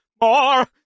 more